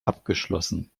abgeschlossen